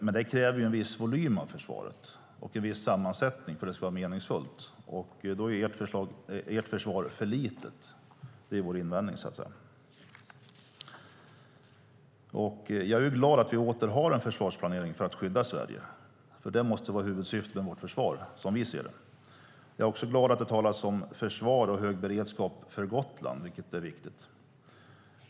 Men det kräver en viss volym och sammansättning av försvaret för att det ska vara meningsfullt. Ert försvar är för litet. Det är vår invändning. Jag är glad att det åter finns en försvarsplanering för att skydda Sverige. Det måste vara huvudsyftet med vårt försvar. Jag är också glad att det talas om försvar av och hög beredskap för Gotland, vilket är viktigt.